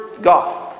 God